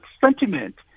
sentiment